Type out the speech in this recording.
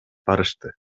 барышты